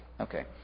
okay